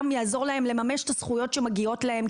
גם יעזור להם לממש את הזכויות שמגיעות להם,